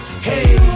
hey